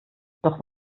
doch